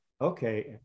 Okay